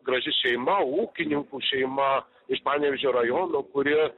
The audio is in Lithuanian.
graži šeima ūkininkų šeima iš panevėžio rajono kuri